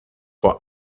for